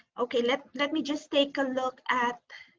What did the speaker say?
okay let let me just take a look at.